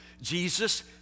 Jesus